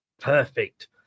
Perfect